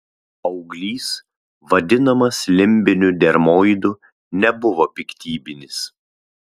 auglys vadinamas limbiniu dermoidu nebuvo piktybinis